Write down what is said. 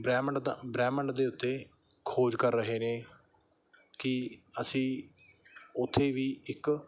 ਬ੍ਰਹਿਮੰਡ ਦਾ ਬ੍ਰਹਿਮੰਡ ਦੇ ਉੱਤੇ ਖੋਜ ਕਰ ਰਹੇ ਨੇ ਕਿ ਅਸੀਂ ਉੱਥੇ ਵੀ ਇੱਕ